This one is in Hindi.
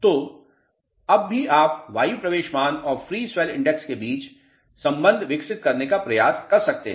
तो अब भी आप वायु प्रवेश मान और फ्री स्वेल इंडेक्स के बीच संबंध विकसित करने का प्रयास कर सकते हैं